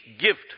gift